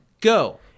Go